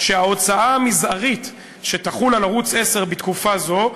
שההוצאה המזערית שתחול על ערוץ 10 בתקופה זו,